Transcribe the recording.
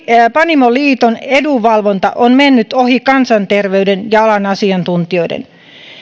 panimoliiton edunvalvonta on mennyt ohi kansanterveyden ja alan asiantuntijoiden